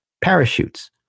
parachutes